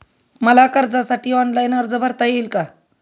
मला कर्जासाठी ऑनलाइन अर्ज भरता येईल का?